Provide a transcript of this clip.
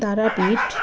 Tarapith